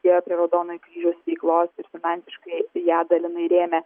dėjo prie raudonojo kryžiaus veiklos ir finansiškai ją dalinai rėmė